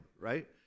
right